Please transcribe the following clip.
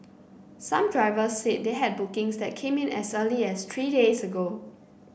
some drivers said they had bookings that came in as early as three days ago